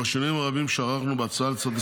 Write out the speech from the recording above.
לאור השינויים הרבים שערכנו בהצעת החוק.